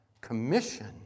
commission